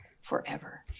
forever